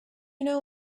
know